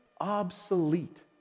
obsolete